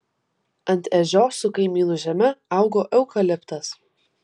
ant ežios su kaimynų žeme augo eukaliptas